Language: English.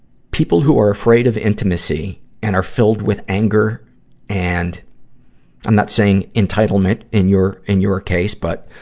people who are afraid of intimacy and are filled with anger and i'm not saying entitlement in your, in your case, but,